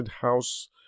house